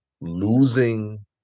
losing